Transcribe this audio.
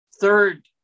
third